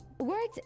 words